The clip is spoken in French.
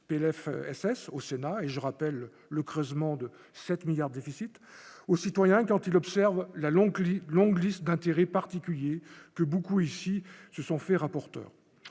PLF SS au Sénat et je rappelle le creusement de 7 milliards déficits au citoyen quand il observe la oncle longue liste d'intérêts particuliers que beaucoup ici se sont fait rapporteur